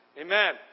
Amen